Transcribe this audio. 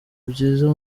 byiza